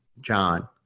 John